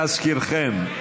להזכירכם,